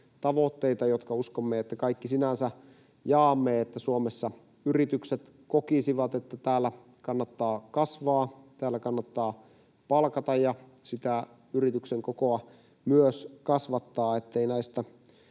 tavoitteita, jotka uskon, että kaikki sinänsä jaamme: että Suomessa yritykset kokisivat, että täällä kannattaa kasvaa, täällä kannattaa palkata ja sitä yrityksen kokoa myös kasvattaa, ja ettei näistä